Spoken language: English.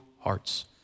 hearts